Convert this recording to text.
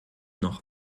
noch